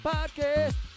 Podcast